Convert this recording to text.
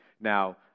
Now